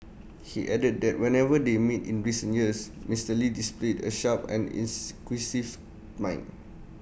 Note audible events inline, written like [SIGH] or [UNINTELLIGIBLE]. he added that whenever they meet in recent years Mister lee displayed A sharp and [UNINTELLIGIBLE] mind